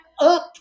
up